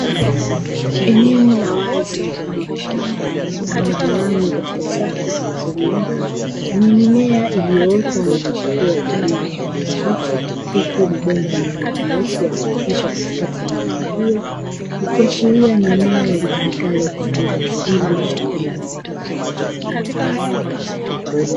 Eneo la wazi mfano wa shamba lililo gawanywa katika safu zilizonyooka lenye mimea iliyoota na kuchipua kwa rangi ya kijani kibichi huku mabomba yenye rangi nyeusi yakipitishwa katikati ya memea hiyo ikiashiria ni eneo litumikalo kwa ajili ya kilimo cha mbegu.